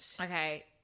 Okay